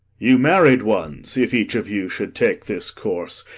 you married ones, if each of you should take this course,